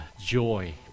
joy